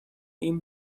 این